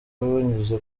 banyuze